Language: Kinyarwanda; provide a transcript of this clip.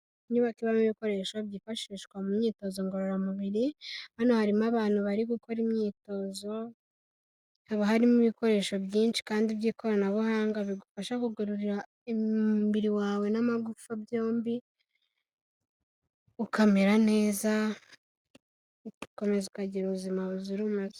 Inyubaka ibamo ibikoresho byifashishwa mu myitozo ngororamubiri, hano harimo abantu bari gukora imyitozo, haba harimo ibikoresho byinshi kandi by'ikoranabuhanga bigufasha kugarora umubiri wawe n'amagufa byombi, ukamera neza ugakomeza ukagira ubuzima buzira umuze.